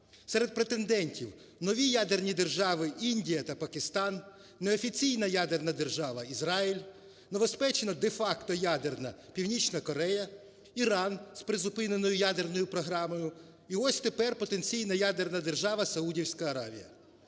Серед претендентів нові ядерні держави Індія та Пакистан, неофіційна ядерна держава – Ізраїль, новоспечена, де-факто, ядерна – Північна Корея, Іран, з призупиненою ядерною програмою. І ось тепер, потенційна ядерна держава – Саудівська Аравія.